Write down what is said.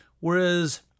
Whereas